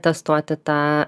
testuoti tą